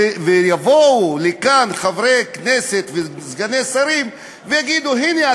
יבואו לכאן חברי כנסת וסגני שרים ויגידו: הנה,